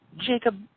Jacob